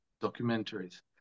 documentaries